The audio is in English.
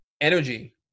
Energy